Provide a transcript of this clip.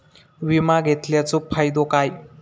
विमा घेतल्याचो फाईदो काय?